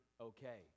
okay